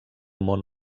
món